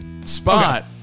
Spot